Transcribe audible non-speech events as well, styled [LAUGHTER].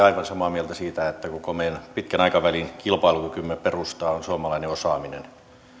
[UNINTELLIGIBLE] aivan samaa mieltä siitä että koko meidän pitkän aikavälin kilpailukykymme perusta on suomalainen osaaminen